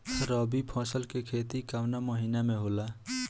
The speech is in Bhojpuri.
रवि फसल के खेती कवना महीना में होला?